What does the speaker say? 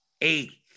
eighth